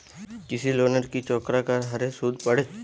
কৃষি লোনের কি চক্রাকার হারে সুদ বাড়ে?